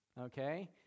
okay